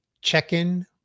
check-in